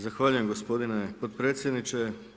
Zahvaljujem gospodine potpredsjedniče.